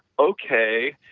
okay,